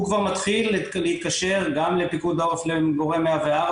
הוא כבר מתחיל להתקשר גם לפיקוד העורף ל-104,